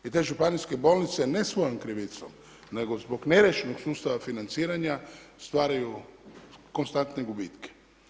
I te županijske bolnice, ne svojom krivicom, nego zbog neriješenog sustava financiranja stvaraju konstantne gubitke.